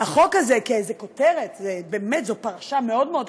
החוק הזה, כאיזה כותרת, זו פרשה מאוד מאוד קשה,